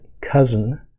cousin